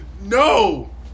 no